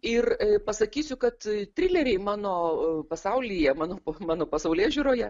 ir pasakysiu kad trileriai mano pasaulyje mano mano pasaulėžiūroje